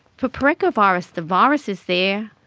for parechovirus, the virus is there,